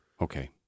Okay